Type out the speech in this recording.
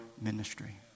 ministry